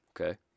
Okay